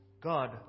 God